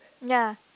ya